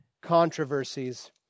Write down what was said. controversies